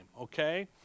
Okay